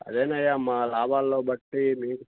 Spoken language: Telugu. అదేనయ్యా మా లాభాల్లో బట్టి మీ